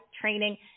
training